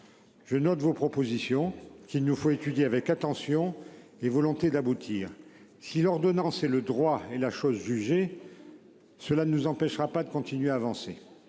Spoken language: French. Je note vos propositions qu'il nous faut étudier avec attention les volonté d'aboutir. Si l'ordonnance et le droit et la chose jugée. Cela ne nous empêchera pas de continuer à avancer.